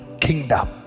kingdom